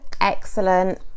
excellent